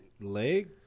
Leg